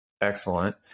excellent